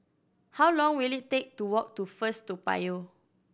how long will it take to walk to First Toa Payoh